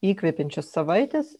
įkvepiančios savaitės